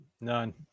None